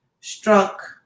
struck